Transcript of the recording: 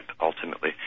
ultimately